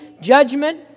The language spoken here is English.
judgment